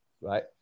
right